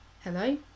Hello